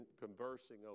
Conversing